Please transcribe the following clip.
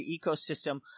ecosystem